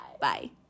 bye